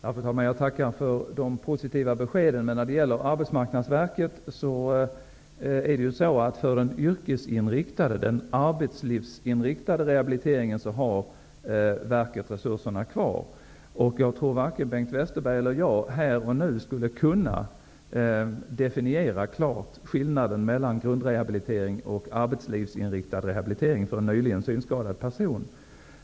Fru talman! Jag tackar för de positiva beskeden. Men Arbetsmarknadsverket har resurserna kvar när det gäller den yrkesinriktade, den arbetslivsinriktade, rehabiliteringen. Jag tror att varken Bengt Westerberg eller jag här och nu klart skulle kunna definiera skillnaderna mellan grundrehabilitering och arbetslivsinriktad rehabilitering för en nyligen synskadad person.